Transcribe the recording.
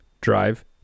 Drive